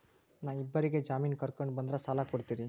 ನಾ ಇಬ್ಬರಿಗೆ ಜಾಮಿನ್ ಕರ್ಕೊಂಡ್ ಬಂದ್ರ ಸಾಲ ಕೊಡ್ತೇರಿ?